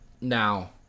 Now